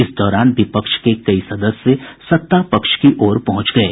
इस दौरान विपक्ष के कई सदस्य सत्तापक्ष की ओर पहुंच गये